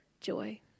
Joy